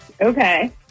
okay